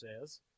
says